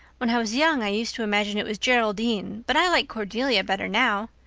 when i was young i used to imagine it was geraldine, but i like cordelia better now.